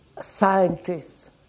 scientists